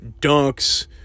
dunks